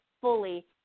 fully